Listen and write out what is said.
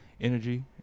energy